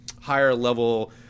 higher-level